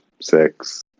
six